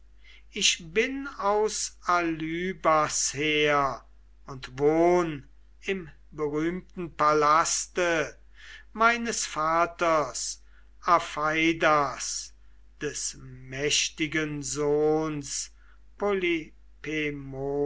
ich bin aus alybas her und wohn im berühmten palaste meines vaters apheidas des mächtigen sohns polypemons